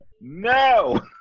no